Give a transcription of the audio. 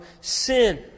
sin